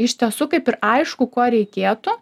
iš tiesų kaip ir aišku ko reikėtų